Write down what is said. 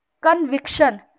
Conviction